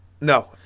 No